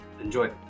Enjoy